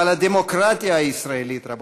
אבל הדמוקרטיה הישראלית, רבותי,